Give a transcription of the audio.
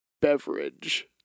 beverage